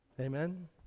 Amen